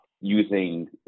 using